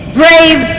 brave